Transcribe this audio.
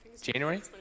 January